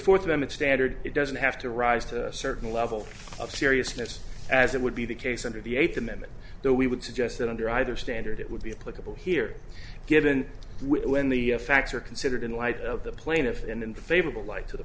fourth amendment standard it doesn't have to rise to a certain level of seriousness as it would be the case under the eighth amendment though we would suggest that under either standard it would be a political here given when the facts are considered in light of the plaintiff and in favorable light to the